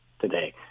today